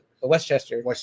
Westchester